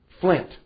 Flint